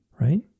right